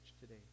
today